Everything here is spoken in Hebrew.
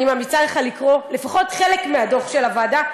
אני ממליצה לך לקרוא לפחות חלק מהדוח של הוועדה.